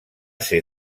ser